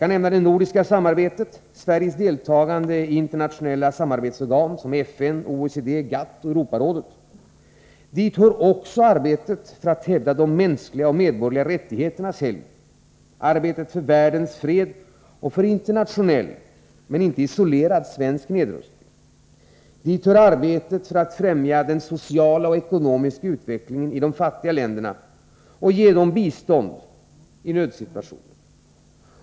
Dit hör det nordiska samarbetet och Sveriges deltagande i internationella samarbetsorgan som FN, OECD, GATT och Europarådet. Dit hör också arbetet för att hävda de mänskliga och medborgerliga rättigheternas helgd och arbetet för världens fred och för internationell — men inte isolerad svensk — nedrustning. Dit hör vidare arbetet för att främja den sociala och ekonomiska utvecklingen i de fattiga länderna och ge dem bistånd i nödsituationer.